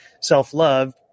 self-love